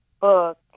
book